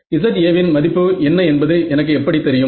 Za வின் மதிப்பு என்ன என்பது எனக்கு எப்படி தெரியும்